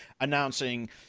announcing